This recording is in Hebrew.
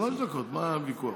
שלוש דקות, מה הוויכוח?